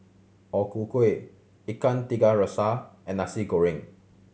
O Ku Kueh Ikan Tiga Rasa and Nasi Goreng